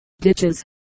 ditches